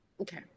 okay